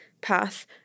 path